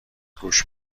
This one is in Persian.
گوش